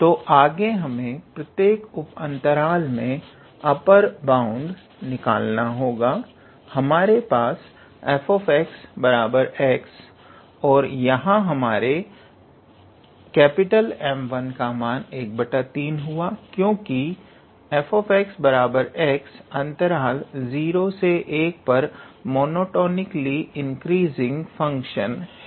तो आगे हमें प्रत्येक उप अंतराल में अपर बाउंड निकालना होगा हमारे पास है 𝑓𝑥 𝑥 और यहां से हमारे 𝑀1 का मान 13 हुआ क्योंकि 𝑓𝑥 𝑥 अंतराल 01 पर मोनोटोनिकली इंक्रीजिंग फंक्शन है